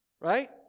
Right